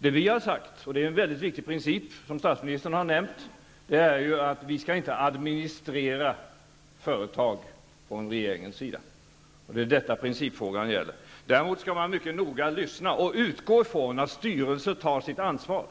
Vad vi har sagt -- och det är en mycket viktig princip, som statsministern har nämnt -- är ju att vi inte från regeringens sida skall administrera företag. Det är alltså detta som principfrågan gäller. Däremot skall man mycket noga lyssna, och utgå från att styrelser tar sitt ansvar.